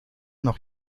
noch